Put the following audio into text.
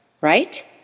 right